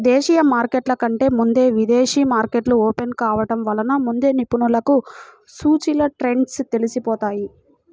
దేశీయ మార్కెట్ల కంటే ముందే విదేశీ మార్కెట్లు ఓపెన్ కావడం వలన ముందే నిపుణులకు సూచీల ట్రెండ్స్ తెలిసిపోతాయి